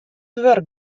wurk